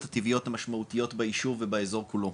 הטבעיות המשמעותיות ביישוב ובאזור כולו.